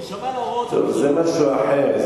אם יישמע להוראות של אשתו, זה משהו אחר.